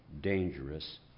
dangerous